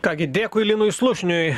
ką gi dėkui linui slušniui